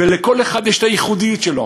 לכל אחד יש את הייחודיות שלו.